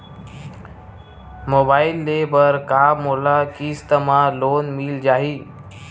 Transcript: Mobile ले बर का मोला किस्त मा लोन मिल जाही?